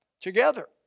together